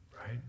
Right